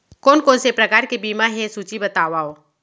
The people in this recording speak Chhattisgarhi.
कोन कोन से प्रकार के बीमा हे सूची बतावव?